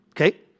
okay